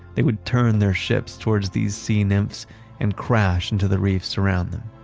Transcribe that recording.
they would turn their ships towards these sea nymphs and crash into the reefs around them.